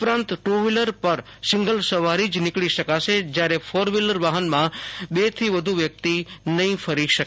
ઉપરાંત two wheeler પર single સવારી જ નીકળી શકશે જ્યારે ફોર વ્હીલરમાં બે થી વધુ વ્યક્તિ નહીં ફરી શકે